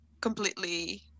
completely